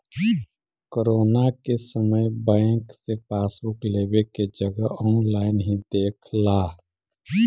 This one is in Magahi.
कोरोना के समय बैंक से पासबुक लेवे के जगह ऑनलाइन ही देख ला